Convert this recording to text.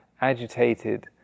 agitated